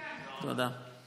תודה.